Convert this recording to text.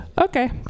okay